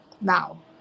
now